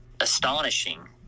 astonishing